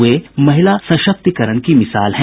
वे महिला सशक्तिकरण की मिसाल हैं